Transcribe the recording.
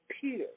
Peter